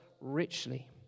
richly